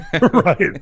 Right